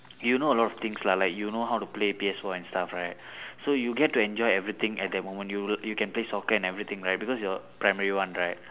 you know a lot of things lah like you know how to play P_S four and stuff right so you get to enjoy everything at that moment you you can play soccer and everything right because you are primary one right